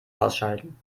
ausschalten